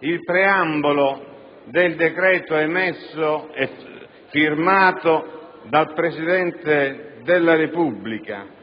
il preambolo del decreto-legge firmato dal Presidente della Repubblica,